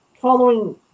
following